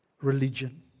religion